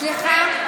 סליחה.